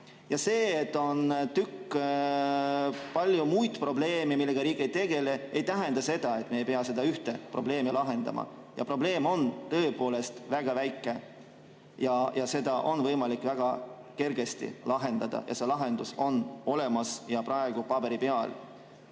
See, et on palju muid probleeme, millega riik ei tegele, ei tähenda seda, et me ei pea seda ühte probleemi lahendama. Probleem on tõepoolest väga väike ja seda on võimalik väga kergesti lahendada, see lahendus on olemas ja paberi peal.